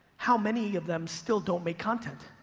how many of them still don't make content.